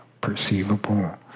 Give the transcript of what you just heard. perceivable